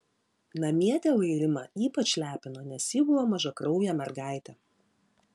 namie tėvai rimą ypač lepino nes ji buvo mažakraujė mergaitė